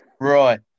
Right